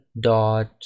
dot